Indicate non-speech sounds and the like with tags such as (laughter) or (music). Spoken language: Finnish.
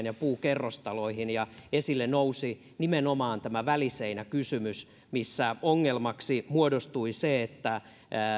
(unintelligible) ja puukerrostaloihin ja esille nousi nimenomaan tämä väliseinäkysymys missä ongelmaksi muodostui se että